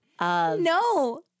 No